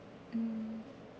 mm